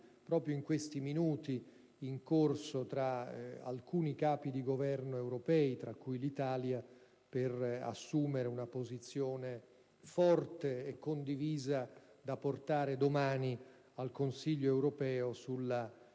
proprio in questi minuti tra i Capi di Governo di alcuni Paesi europei, tra cui l'Italia, per assumere una posizione forte e condivisa, da portare domani al Consiglio europeo, sulla